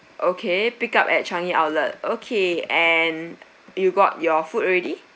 okay pick up at changi outlet okay and you got your food already